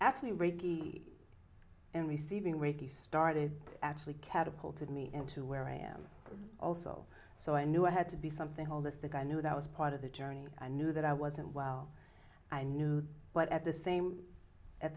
actually radke and receiving reiki started actually catapulted me into where i am also so i knew i had to be something holistic i knew that was part of the journey i knew that i was and while i knew but at the same at